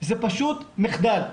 זה פשוט מחדל,